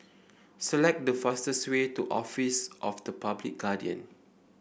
select the fastest way to Office of the Public Guardian